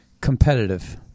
Competitive